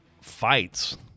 fights